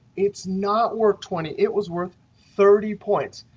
it's not worth twenty. it was worth thirty points.